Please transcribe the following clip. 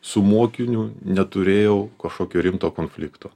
su mokiniu neturėjau kažkokio rimto konflikto